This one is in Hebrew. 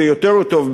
יותר טוב,